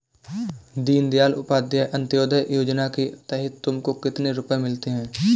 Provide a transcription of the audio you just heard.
दीन दयाल उपाध्याय अंत्योदया योजना के तहत तुमको कितने रुपये मिलते हैं